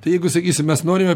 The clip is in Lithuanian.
tai jeigu sakysim mes norime